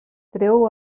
treu